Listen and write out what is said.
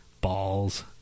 balls